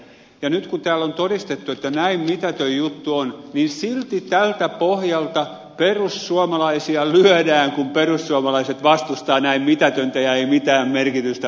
ja nyt kun täällä on todistettu että näin mitätön juttu on niin silti tältä pohjalta perussuomalaisia lyödään kun perussuomalaiset vastustavat näin mitätöntä ja vailla mitään merkitystä olevaa juttua